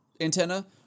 antenna